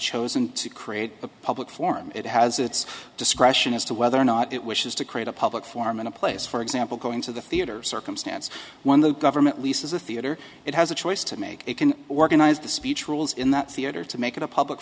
chosen to create a public forum it has its discretion as to whether or not it wishes to create a public forum in a place for example going to the theater circumstance when the government leases a theater it has a choice to make it can organize the speech rules in that theater to make it a public